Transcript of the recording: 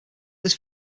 this